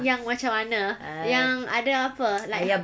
yang macam mana yang ada apa like